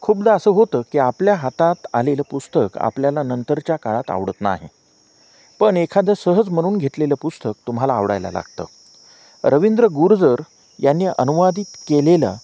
खूपदा असं होतं की आपल्या हातात आलेलं पुस्तक आपल्याला नंतरच्या काळात आवडत नाही आहे पण एखादं सहज म्हणून घेतलेलं पुस्तक तुम्हाला आवडायला लागतं रविंद्र गुर्जर यांनी अनुवादित केलेलं